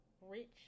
rich